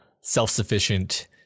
self-sufficient